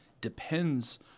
depends